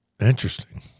Interesting